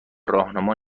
راهنما